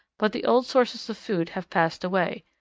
but the old sources of food have passed away.